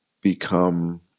become